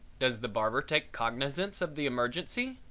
does the barber take cognizance of the emergency?